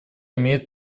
имеет